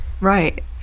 Right